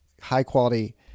high-quality